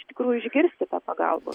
iš tikrųjų išgirsti tą pagalbo